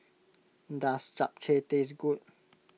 does Japchae taste good